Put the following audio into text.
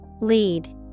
Lead